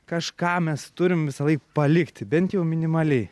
kažką mes turim visąlaik palikti bent jau minimaliai